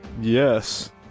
Yes